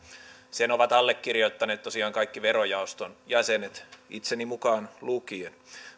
sen ovat allekirjoittaneet tosiaan kaikki verojaoston jäsenet itseni mukaan lukien